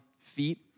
feet